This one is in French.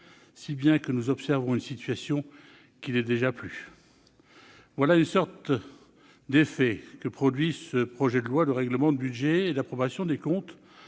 ainsi que nous observons une situation qui n'est déjà plus. Tel est, en quelque sorte, l'effet que produit le projet de loi de règlement du budget et d'approbation des comptes